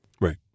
Right